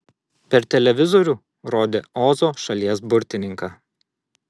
per televizorių rodė ozo šalies burtininką